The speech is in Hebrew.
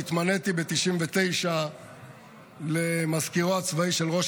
עת התמניתי ב-1999 למזכירו הצבאי של ראש